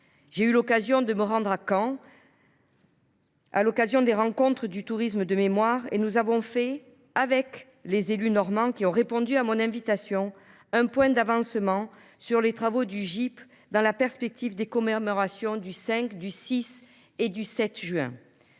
J’ai eu l’occasion de me rendre à Caen, à l’occasion des Rencontres du tourisme de mémoire, et j’ai réalisé, avec les élus normands ayant répondu à mon invitation, un point d’avancement sur les travaux du GIP dans la perspective des commémorations des 5, 6 et 7 juin